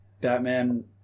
Batman